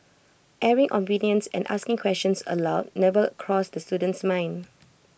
airing opinions and asking questions aloud never crossed this student's mind